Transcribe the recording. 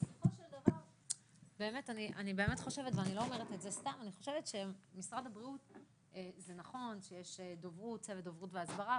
אני חושבת שזה נכון שלמשרד הבריאות יש צוות דוברות והסברה,